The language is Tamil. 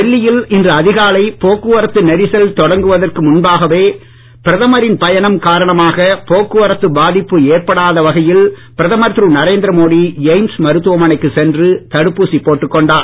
டெல்லியில் இன்று அதிகாலை போக்குவரத்து நெரிசல் தொடங்குவதற்கு முன்பாகவே பிரதமரின் பயணம் காரணமாக போக்குவரத்து பாதிப்பு ஏற்படாத வகையில் பிரதமர் திரு நரேந்திர மோடி எய்ம்ஸ் மருத்துமனைக்கு சென்று தடுப்பூசி போட்டுக் கொண்டார்